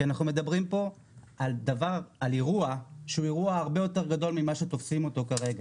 אנחנו מדברים פה על אירוע שהוא הרבה יותר גדול ממה שתופסים אותו כרגע.